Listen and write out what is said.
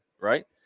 right